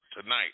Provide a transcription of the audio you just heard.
tonight